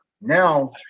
now